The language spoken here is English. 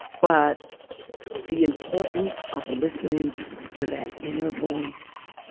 but the importance of listening to that inner voice,